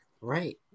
Right